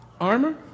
armor